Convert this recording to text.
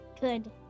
Good